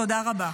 תודה רבה.